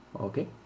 Okay